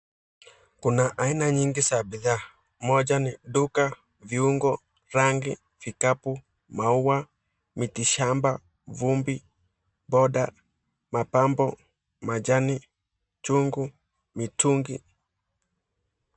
Kuna aina nyingi za bidhaa. Moja ni duka, viungo, rangi, vikapu, maua, mitishamba, vumbi, boda, mapambo, majani, chungu, mitungi.